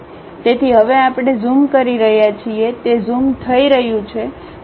તેથી હવે આપણે ઝૂમ કરી રહ્યા છીએ તે ઝૂમ થઈ રહ્યું છે